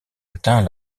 atteint